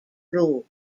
loop